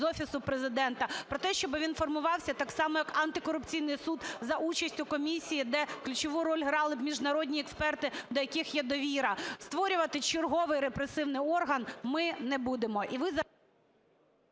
з Офісу Президента, про те, щоб він формувався так само, як Антикорупційний суд за участю комісії, де ключову роль грали б міжнародні експерти, до яких є довіра. Створювати черговий репресивний орган ми не будемо.